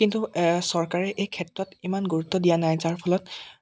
কিন্তু চৰকাৰে এই ক্ষেত্ৰত ইমান গুৰুত্ব দিয়া নাই যাৰ ফলত